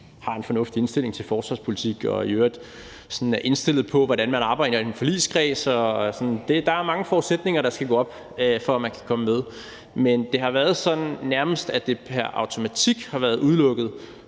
har en fornuftig indstilling til forsvarspolitik og i øvrigt er indstillet på, hvordan man arbejder i en forligskreds. Der er mange forudsætninger, der skal gå op, for at man kan komme med. Men det har været sådan, at det nærmest pr. automatik har været udelukket